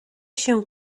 się